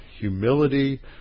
humility